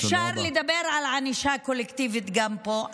אפשר לדבר על ענישה קולקטיבית גם פה.